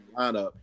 lineup